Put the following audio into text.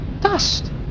Dust